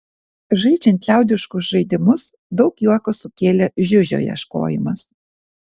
žaidžiant liaudiškus žaidimus daug juoko sukėlė žiužio ieškojimas